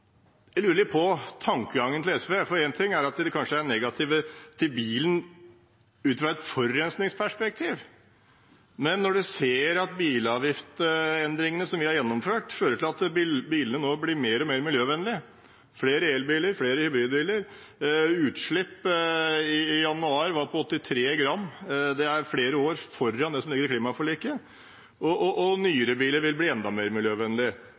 jeg lurer litt på hva tankegangen til SV er: Én ting er at de kanskje er negative til bilen ut fra et forurensningsperspektiv, men når en ser at bilavgiftsendringene som vi har gjennomført, fører til at bilene nå blir mer og mer miljøvennlige – det er flere elbiler, flere hybridbiler, utslippet i januar var på 83 gram, flere år foran det som ligger i klimaforliket – og at nyere biler vil bli enda mer miljøvennlige,